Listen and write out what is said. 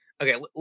Okay